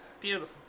Beautiful